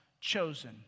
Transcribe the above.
chosen